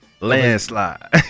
landslide